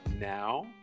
now